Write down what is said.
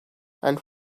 and